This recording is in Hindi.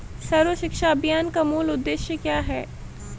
सर्व शिक्षा अभियान का मूल उद्देश्य क्या है?